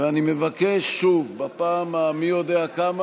ואני מבקש שוב בפעם המי-יודע-כמה: